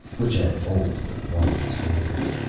which had always been one of his favorites.